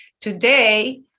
today